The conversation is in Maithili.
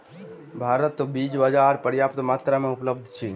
भारतक बीज बाजार में पर्याप्त मात्रा में उपलब्ध अछि